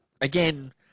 again